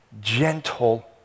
gentle